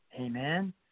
Amen